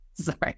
sorry